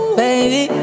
baby